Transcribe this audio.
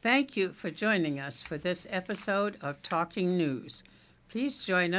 thank you for joining us for this episode of talking news please join